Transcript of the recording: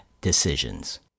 decisions